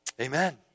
Amen